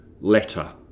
letter